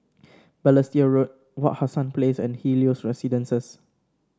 Balestier Road Wak Hassan Place and Helios Residences